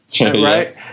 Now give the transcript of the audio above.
right